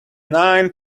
nine